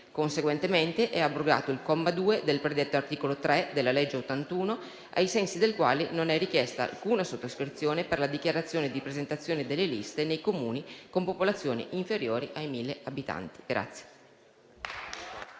Conseguentemente, è abrogato il comma 2 del predetto articolo 3 della legge n. 81, ai sensi del quale non è richiesta alcuna sottoscrizione per la dichiarazione di presentazione delle liste nei Comuni con popolazione inferiore ai 1.000 abitanti.